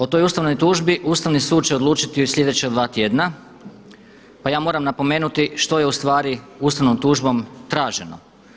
O toj ustavnoj tužbi Ustavni sud će odlučiti u sljedeća dva tjedna, pa ja moram napomenuti što je u stvari ustavnom tužbom traženo.